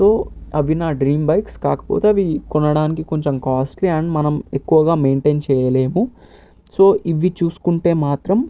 so అవి నా dream bikes కాకపోతే అవి కొనడానికి కొంచెం కాస్ట్లి అండ్ మనం ఎక్కువగా మెయింటైన్ చేయలేము సో ఇవి చూసుకుంటే మాత్రం